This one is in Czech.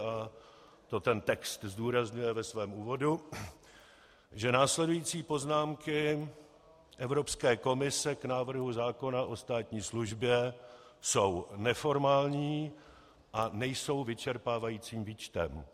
a to ten text zdůrazňuje ve svém úvodu , že následující poznámky Evropské komise k návrhu zákona o státní službě jsou neformální a nejsou vyčerpávajícím výčtem.